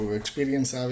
experience